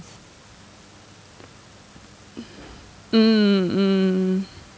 mm mm